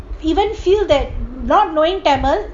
even feel that not knowing tamil